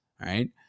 Right